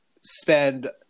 spend